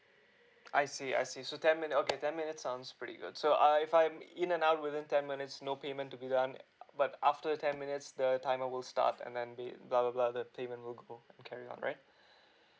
I see I see so ten okay ten minute sounds pretty good so uh if I'm in and out within ten minutes no payment to be done but after ten minutes the timer will start and then be blah blah blah the payment will go carry on right